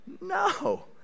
no